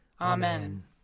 Amen